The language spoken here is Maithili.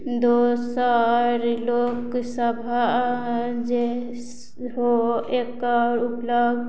दोसर लोकसभ जे सेहो एकर उपलब्ध